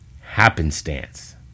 happenstance